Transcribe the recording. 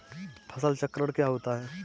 फसल चक्रण क्या होता है?